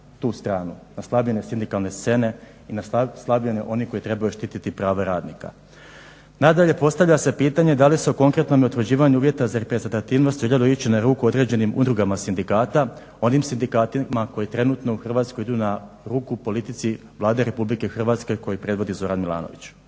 na slabljenje sindikalne scene i na slabljenje onih koji trebaju štiti prava radnika. Nadalje, postavlja se pitanje da li se u konkretnom utvrđivanju uvjeta za reprezentativnost trebalo ići na ruku određenim udrugama sindikata, onim sindikatima koji trenutno u Hrvatskoj idu na ruku politici Vlade RH koju predvodi Zoran Milanović?